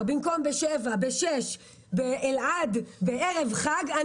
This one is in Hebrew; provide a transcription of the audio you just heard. במקום ב-7 אז ב-6 באלעד בערב חג,